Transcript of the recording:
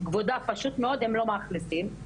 כבודה פשוט מאוד, הם לא מאכלסים.